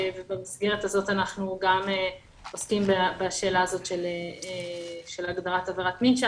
במסגרת הזאת אנחנו גם עוסקים בשאלה הזאת של הגדרת עבירת מין,